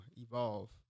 evolve